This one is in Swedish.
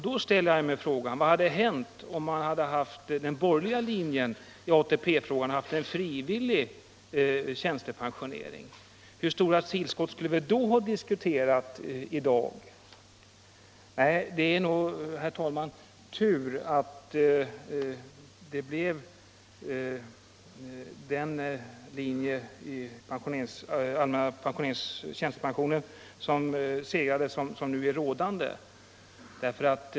Då ställer jag mig frågan: Vad hade hänt om den borgerliga linjen i ATP-frågan segrat och vi hade haft en frivillig tjänstepensionering? Hur stora tillskott skulle vi då ha diskuterat i dag? | Nej, herr talman, det var nog tur att den linje för allmänna tjänstepensionen som nu är rådande segrade.